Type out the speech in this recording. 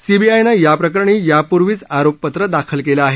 सीबीआयनं याप्रकरणी यापूर्वीच आरोपपत्र दाखल केलं आहे